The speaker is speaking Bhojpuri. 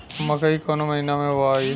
मकई कवना महीना मे बोआइ?